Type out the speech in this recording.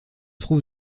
trouve